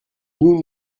nous